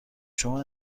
شما